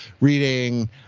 reading